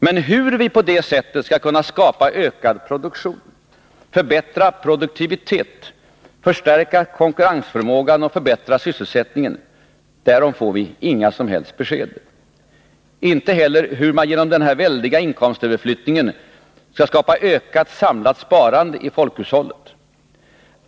Men hur vi på det sättet skall kunna skapa ökad produktion, förbättrad produktivitet, förstärkt konkurrensförmåga och förbättrad sysselsättning, därom får vi inget som helst besked, inte heller om hur man genom denna väldiga inkomstöverflyttning skall kunna skapa ökat samlat sparande i folkhushållet.